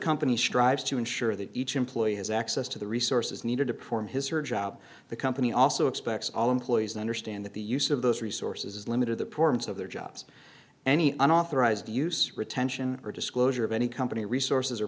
company strives to ensure that each employee has access to the resources needed to perform his or her job the company also expects all employees understand that the use of those resources is limited to of their jobs any unauthorized use retention or disclosure of any company resources